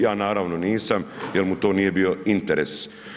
Ja naravno nisam, jer mu to nije bio interes.